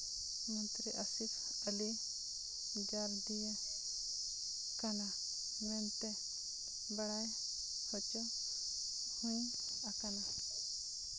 ᱢᱚᱱᱛᱨᱤ ᱟᱥᱤᱯᱷ ᱟᱞᱤ ᱡᱟᱨᱫᱤᱭᱟ ᱠᱟᱱᱟ ᱢᱮᱱᱛᱮ ᱵᱟᱲᱟᱭ ᱦᱚᱪᱚ ᱦᱩᱭ ᱟᱠᱟᱱᱟ